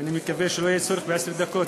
אני מקווה שלא יהיה צורך בעשר דקות.